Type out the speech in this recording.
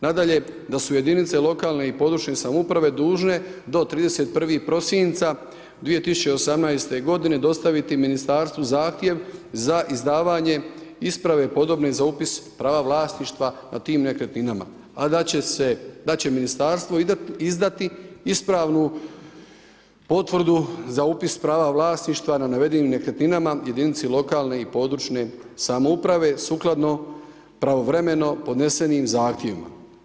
Nadalje, da su jedinice lokalne i područne samouprave dužne do 31. prosinca 2018. godine dostaviti Ministarstvu zahtjev za izdavanje isprave podobne za upis prava vlasništva nad tim nekretninama, a da će Ministarstvo izdati ispravnu potvrdu za upis prava vlasništva na navedenim nekretninama jedinici lokalne i područne samouprave sukladno pravovremeno podnesenim zahtjevima.